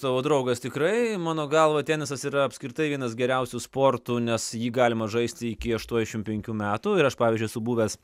tavo draugas tikrai mano galva tenisas yra apskritai vienas geriausių sportų nes jį galima žaisti iki aštuoniasdešim penkerių metų ir aš pavyzdžiui esu buvęs